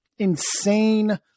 insane